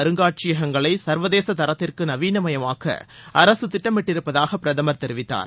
அருங்காட்சியகங்களை சர்வதேச நாட்டின் தாத்திற்கு நவீனமயமாக்க ஐந்த அரசு திட்டமிட்டிருப்பதாக பிரதமர் தெரிவித்தார்